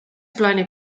plaanib